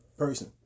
person